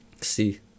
See